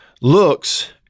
looks